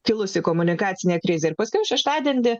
kilusi komunikacinė krizė ir paskiau šeštadienį